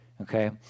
Okay